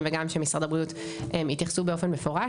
וגם שמשרד הבריאות יתייחסו באופן מפורש,